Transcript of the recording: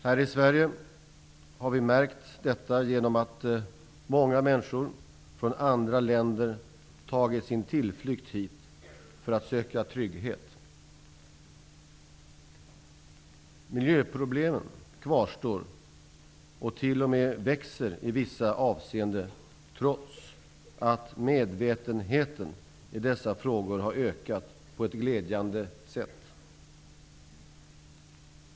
Här i Sverige har vi märkt detta genom att många människor från andra länder tagit sin tillflykt hit för att söka trygghet. Miljöproblemen kvarstår och t.o.m. växer i vissa avseenden, trots att medvetenheten i dessa frågor har ökat på ett glädjande sätt.